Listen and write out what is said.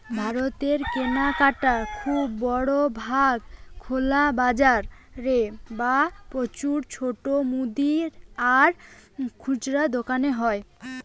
ভারতের কেনাকাটা খুব বড় ভাগ খোলা বাজারে বা প্রচুর ছোট মুদি আর খুচরা দোকানে হয়